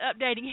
updating